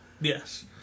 Yes